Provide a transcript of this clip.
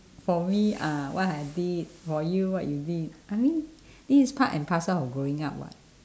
for me uh what I did for you what you did I mean this is part and parcel of growing up what